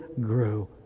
grew